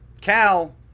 Cal